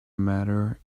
matter